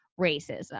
racism